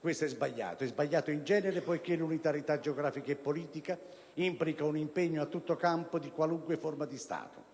Questo è sbagliato. È sbagliato in genere poiché l'unitarietà geografica e politica implica un impegno a tutto campo di qualunque forma di Stato,